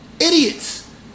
Idiots